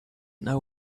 know